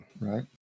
Right